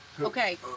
Okay